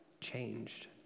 changed